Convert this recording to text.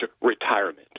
retirement